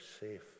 safe